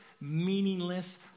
meaningless